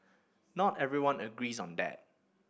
not everyone agrees on that